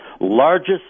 Largest